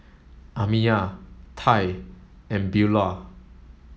Amiyah Tai and Beula